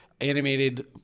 animated